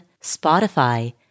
Spotify